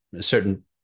certain